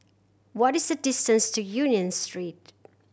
what is the distance to Union Street